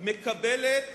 מקבלת